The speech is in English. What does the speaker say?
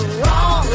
wrong